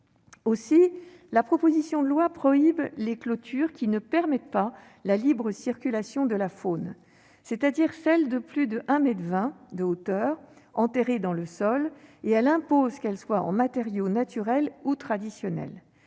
Aussi, cette proposition de loi prohibe les clôtures ne permettant pas la libre circulation de la faune, c'est-à-dire celles de plus d'un mètre vingt de hauteur, enterrées dans le sol. De plus, elle impose que ces clôtures soient en matériaux naturels ou traditionnels.